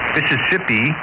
Mississippi